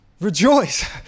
Rejoice